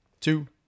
two